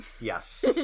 Yes